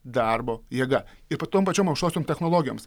darbo jėga ir po tom pačiom aukštosiom technologijoms